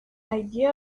idea